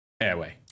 Airway